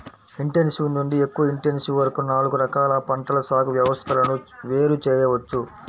intensive నుండి ఎక్కువ intensive వరకు నాలుగు రకాల పంటల సాగు వ్యవస్థలను వేరు చేయవచ్చు